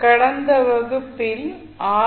கடந்த வகுப்பில் ஆர்